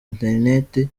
interineti